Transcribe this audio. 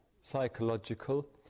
psychological